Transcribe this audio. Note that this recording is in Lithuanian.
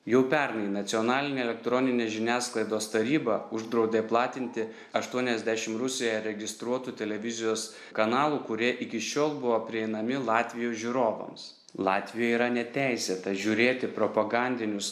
jau pernai nacionalinė elektroninės žiniasklaidos taryba uždraudė platinti aštuoniasdešim rusijoje registruotų televizijos kanalų kurie iki šiol buvo prieinami latvijos žiūrovams latvijoj yra neteisėta žiūrėti propagandinius